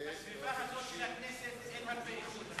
בסביבה הזאת של הכנסת אין הרבה איכות.